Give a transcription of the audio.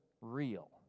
real